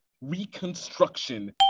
reconstruction